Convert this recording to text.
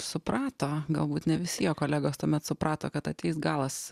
suprato galbūt ne visi jo kolegos tuomet suprato kad ateis galas